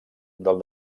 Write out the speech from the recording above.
del